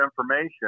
information